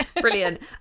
Brilliant